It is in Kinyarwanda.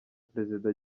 perezida